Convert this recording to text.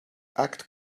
act